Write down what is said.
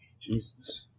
Jesus